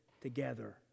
together